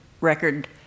record